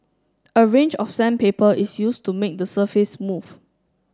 a range of sandpaper is used to make the surface smooth